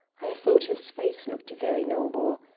i thought his face looked very noble.